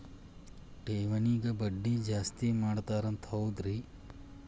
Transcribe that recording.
ಠೇವಣಿಗ ಬಡ್ಡಿ ಜಾಸ್ತಿ ಕೊಡ್ತಾರಂತ ಹೌದ್ರಿ?